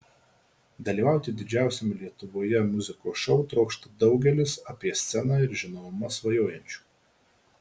dalyvauti didžiausiame lietuvoje muzikos šou trokšta daugelis apie sceną ir žinomumą svajojančių